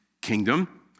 kingdom